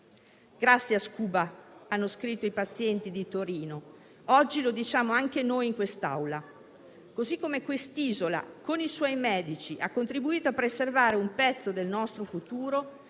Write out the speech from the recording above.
«Gracias Cuba» hanno scritto i pazienti di Torino. Oggi lo diciamo anche noi in quest'Aula. Così come quest'isola con i suoi medici ha contribuito a preservare un pezzo del nostro futuro,